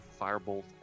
firebolt